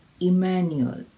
Emmanuel